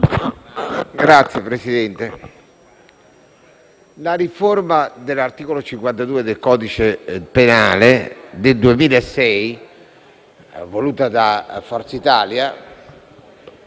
Signor Presidente, la riforma dell'articolo 52 del codice penale del 2006, voluta da Forza Italia,